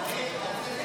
לקיבוץ.